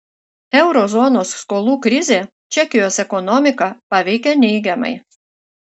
euro zonos skolų krizė čekijos ekonomiką paveikė neigiamai